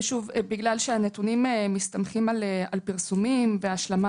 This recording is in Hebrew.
בגלל שהנתונים מסתמכים על פרסומים והשלמה